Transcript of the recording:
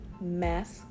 mask